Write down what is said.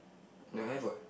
don't have what